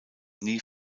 nie